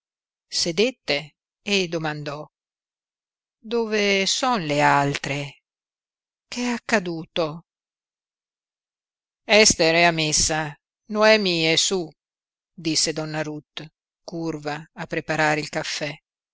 sedette e domandò dove son le altre che è accaduto ester è a messa noemi è su disse donna ruth curva a preparare il caffè